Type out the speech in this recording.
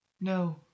No